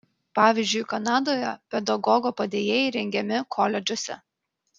pavyzdžiui kanadoje pedagogo padėjėjai rengiami koledžuose